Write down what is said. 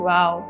Wow